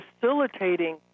facilitating